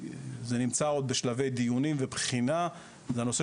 זה נמצא עוד בשלבי דיונים ובחינה בנושא